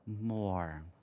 more